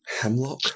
Hemlock